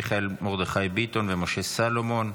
מיכאל מרדכי ביטון ומשה סלומון.